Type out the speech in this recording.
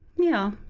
yeah,